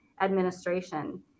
administration